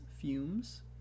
fumes